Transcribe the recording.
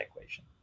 equation